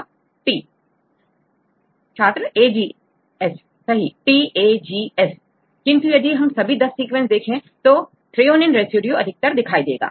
छात्रT छात्रAGS सहीTAGS किंतु यदि सभी 10 सीक्वेंस देखें जाए तो थ्रेओनीन रेसिड्यू अधिकतर दिखाई देगा